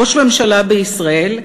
ראש ממשלה בישראל,